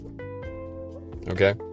okay